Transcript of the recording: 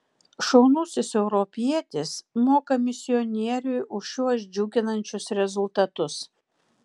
šaunusis europietis moka misionieriui už šiuos džiuginančius rezultatus